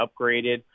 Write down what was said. upgraded